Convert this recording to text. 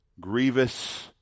grievous